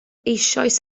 eisoes